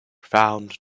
found